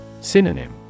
Synonym